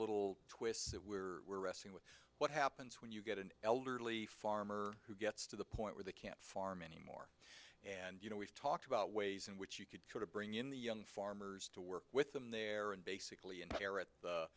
little twists that we're wrestling with what happens when you get an elderly farmer who gets to the point where they can't farm anymore and you know we've talked about ways in which you could sort of bring in the young farmers to work with them there and basically